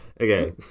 Okay